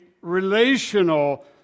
relational